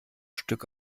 stück